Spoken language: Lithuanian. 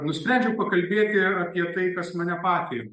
nusprendžiau pakalbėti ir apie tai kas mane patį